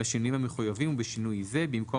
בשינויים המחויבים ובשינוי זה: במקום